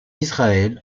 israël